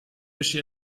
wische